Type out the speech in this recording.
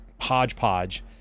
hodgepodge